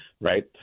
right